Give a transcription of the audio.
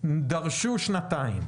דרש שנתיים,